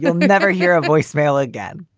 you know ever hear a voicemail again?